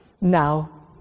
Now